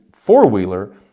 four-wheeler